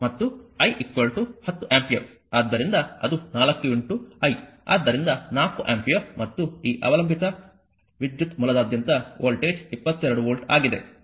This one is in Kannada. ಮತ್ತು I 10 ಆಂಪಿಯರ್ ಆದ್ದರಿಂದ ಅದು 4 I ಆದ್ದರಿಂದ 4 ಆಂಪಿಯರ್ ಮತ್ತು ಈ ಅವಲಂಬಿತ ವಿದ್ಯುತ್ ಮೂಲದಾದ್ಯಂತ ವೋಲ್ಟೇಜ್ 22 ವೋಲ್ಟ್ ಆಗಿದೆ